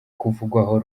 kuvugwaho